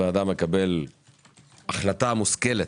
אם אדם מקבל החלטה מושכלת,